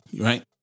right